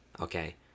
Okay